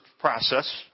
process